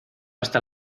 hasta